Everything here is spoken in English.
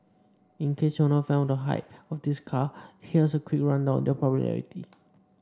in case you're not a fan of the hype or these cars here's a quick rundown on their popularity